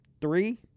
three